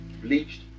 bleached